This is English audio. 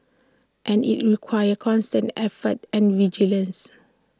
and IT requires constant effort and vigilance